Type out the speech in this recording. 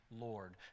Lord